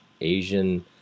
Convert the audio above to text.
Asian